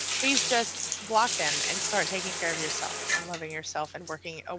please just block them and start taking care of yourself and loving yourself and working. ah